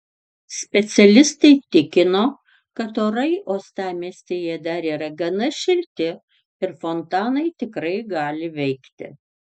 specialistai tikino kad orai uostamiestyje dar yra gana šilti ir fontanai tikrai gali veikti